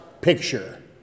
picture